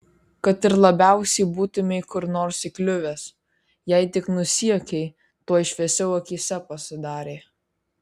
kad ir labiausiai būtumei kur nors įkliuvęs jei tik nusijuokei tuoj šviesiau akyse pasidarė